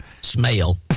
Smell